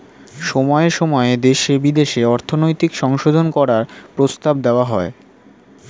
সময়ে সময়ে দেশে বিদেশে অর্থনৈতিক সংশোধন করার প্রস্তাব দেওয়া হয়